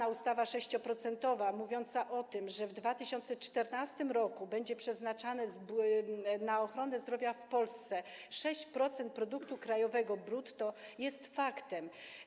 Tzw. ustawa 6-procentowa, mówiąca o tym, że w 2014 r. będzie przeznaczane na ochronę zdrowia w Polsce 6% produktu krajowego brutto, jest faktem.